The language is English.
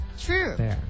True